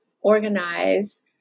organize